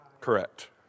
Correct